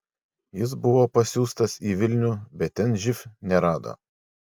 jis buvo pasiųstas į vilnių bet ten živ nerado